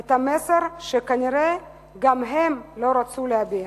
את המסר שכנראה גם הם לא רצו להביע.